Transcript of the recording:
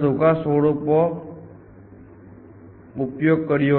child છે